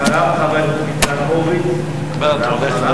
אחריו, חבר הכנסת ניצן הורוביץ, ואחריו,